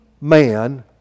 man